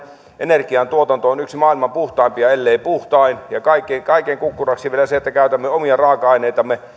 energiantuotanto on yksi maailman puhtaimpia ellei puhtain ja kaiken kaiken kukkuraksi vielä käytämme omia raaka aineitamme